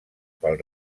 pel